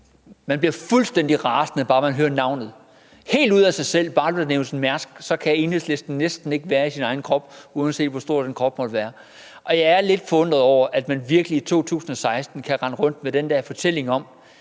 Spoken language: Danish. Man bliver fuldstændig rasende, bare man hører navnet – helt ud af sig selv, bare navnet Mærsk bliver nævnt. Så kan Enhedslisten næsten ikke være i sin egen krop, uanset hvor stor den krop måtte være. Og jeg er lidt forundret over, at man virkelig i 2016 kan rende rundt med den der fortælling om,